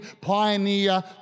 pioneer